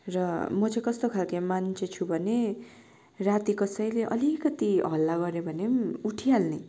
र म चाहिँ कस्तो खालको मान्छे छु भने राति कसैले अलिकति हल्ला गर्यो भने पनि उठिहाल्ने